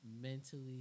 mentally